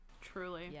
Truly